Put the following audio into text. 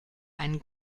einen